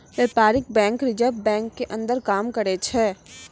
व्यपारीक bank reserve bank के अंदर काम करै छै